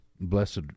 blessed